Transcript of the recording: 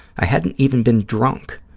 i hadn't even been drunk,